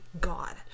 god